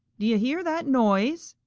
do you hear that noise?